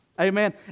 Amen